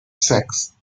sects